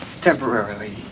temporarily